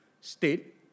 state